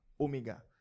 Omega